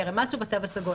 כי הרי מה עשו בתו הסגול?